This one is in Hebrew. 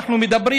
אנחנו מדברים,